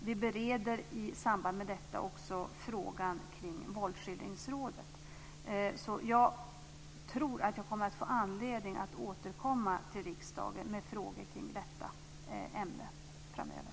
Vi bereder i samband med detta också frågan kring Våldsskildringsrådet, så jag tror att jag kommer att få anledning att återkomma till riksdagen med frågor kring detta ämne framöver.